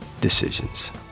decisions